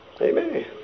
amen